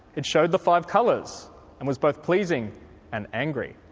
it showed the five colours, and was both pleasing and angry.